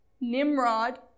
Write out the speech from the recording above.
Nimrod